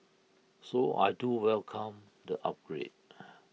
so I do welcome the upgrade